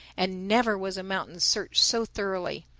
and never was a mountain searched so thoroughly.